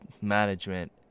management